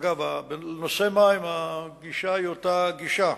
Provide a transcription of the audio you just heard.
אגב, בנושא מים הגישה היא אותה גישה.